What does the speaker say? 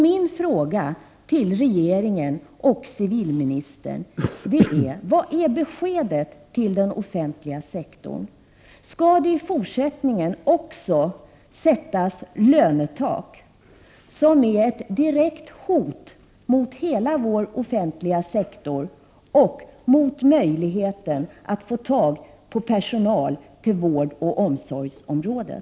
Mina frågor till regeringen och civilministern är: Vad är beskedet till den offentliga sektorn? Skall det också i fortsättningen sättas lönetak som är ett direkt hot mot hela vår offentliga sektor och mot möjligheten att få tag på personal till vårdoch omsorgsområdet?